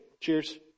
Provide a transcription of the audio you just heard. Cheers